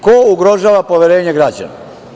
Ko ugrožava poverenje građana?